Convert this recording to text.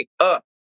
up